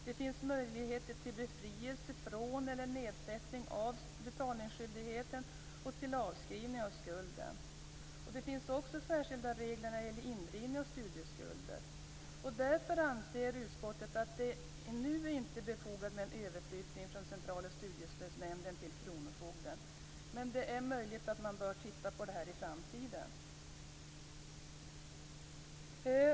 Det finns möjligheter till befrielse från eller nedsättning av betalningsskyldigheten och till avskrivning av skulden. Det finns också särskilda regler för indrivning av studieskulder. Därför anser utskottet att det nu inte är befogat med en överflyttning från Centrala studiestödsnämnden till kronofogden. Men det är möjligt att man bör titta på det i framtiden.